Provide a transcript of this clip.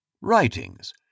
Writings